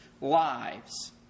lives